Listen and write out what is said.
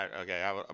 okay